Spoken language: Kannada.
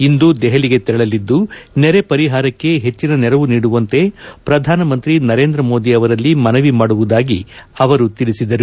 ಇಂದು ದೆಹಲಿಗೆ ತೆರಳಲಿದ್ದು ನೆರೆ ಪರಿಹಾರಕ್ಕೆ ಹೆಚ್ಚನ ನೆರವು ನೀಡುವಂತೆ ಪ್ರಧಾನಿ ನರೇಂದ್ರ ಮೋದಿ ಅವರಲ್ಲಿ ಮನವಿ ಮಾಡುವುದಾಗಿ ಅವರು ತಿಳಿಸಿದರು